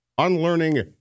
Unlearning